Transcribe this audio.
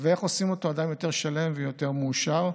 ואיך עושים אותו אדם יותר שלם ויותר מאושר,